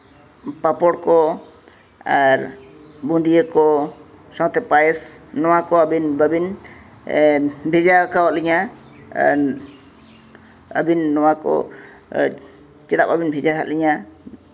ᱯᱟᱯᱚᱲ ᱠᱚ ᱟᱨ ᱵᱩᱸᱫᱤᱭᱟᱹ ᱠᱚ ᱥᱟᱶᱛᱮ ᱯᱟᱭᱮᱥ ᱟᱹᱵᱤᱱ ᱵᱟᱵᱤᱱ ᱵᱷᱮᱡᱟᱣ ᱠᱟᱜ ᱞᱤᱧᱟ ᱟᱨ ᱟᱹᱵᱤᱱ ᱱᱚᱣᱟ ᱠᱚ ᱪᱮᱫᱟᱜ ᱵᱟᱹᱵᱤᱱ ᱵᱷᱮᱡᱟ ᱟᱫ ᱞᱤᱧᱟ